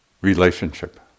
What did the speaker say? relationship